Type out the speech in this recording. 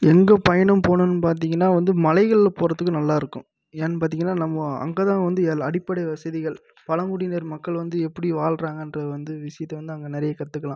எங்கே பயணம் போகணுன் பார்த்தீங்கன்னா வந்து மலைகளில் போகிறதுக்கு நல்லாயிருக்கும் ஏன் பார்த்தீங்கன்னா நம்ம அங்கே தான் வந்து எல் அடிப்படை வசதிகள் பழங்குடியினர் மக்கள் வந்து எப்படி வாழ்கிறாங்கன்ற வந்து விஷயத்த வந்து அங்கே நிறைய கற்றுக்கலாம்